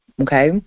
okay